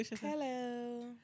Hello